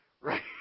right